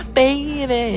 baby